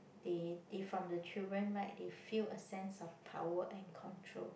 they they from the children right they feel a sense of power and control